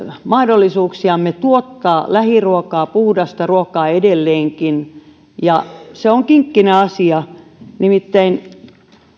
mahdollisuuksiamme tuottaa lähiruokaa puhdasta ruokaa edelleenkin ja se on kinkkinen asia nimittäin